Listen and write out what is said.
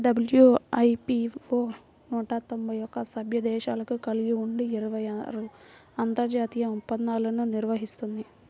WIPO నూట తొంభై ఒక్క సభ్య దేశాలను కలిగి ఉండి ఇరవై ఆరు అంతర్జాతీయ ఒప్పందాలను నిర్వహిస్తుంది